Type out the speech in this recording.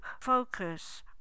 focus